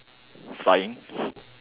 flying